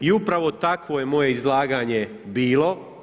I upravo takvo je moje izlaganje bilo.